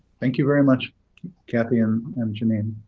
thank you very much kathy and um janine.